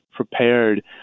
Prepared